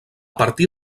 partir